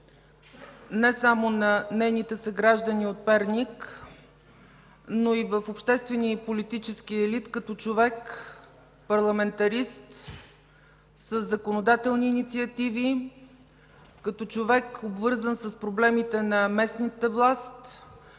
не само на нейните съграждани от Перник, но и в обществения и политическия елит като човек парламентарист със законодателни инициативи, като човек, обвързан с проблемите на местната власт,